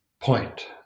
point